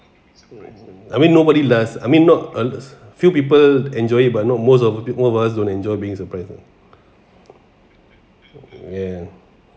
I mean nobody less I mean not few people enjoy it but not most of most of us don't enjoy being surprising ya